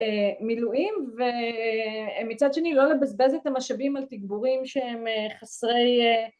מילואים ומצד שני לא לבזבז את המשאבים על תגבורים שהם חסרי